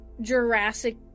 Jurassic